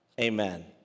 amen